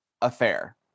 affair